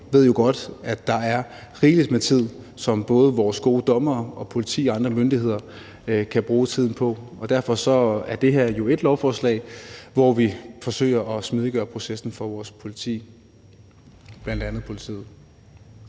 systemet jo godt, at der er rigeligt med ting, som både vores gode dommere og politi og andre myndigheder kan bruge tiden på. Derfor er det her jo et lovforslag, hvor vi forsøger at smidiggøre processen for bl.a. vores politi.